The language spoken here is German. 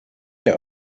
der